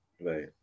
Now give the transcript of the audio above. Right